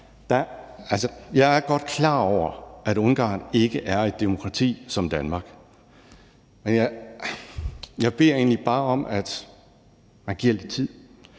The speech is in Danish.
jeg er godt klar over, at Ungarn ikke er et demokrati som Danmark, og jeg beder egentlig bare om, at man giver det lidt